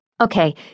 Okay